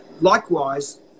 Likewise